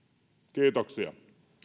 kiitoksia